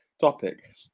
topic